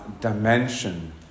dimension